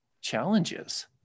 challenges